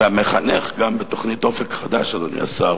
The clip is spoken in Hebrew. והמחנך, גם בתוכנית "אופק חדש", אדוני השר,